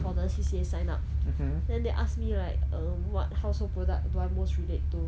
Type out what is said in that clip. for the C_C_A sign up then they ask me like um what household product do I most relate to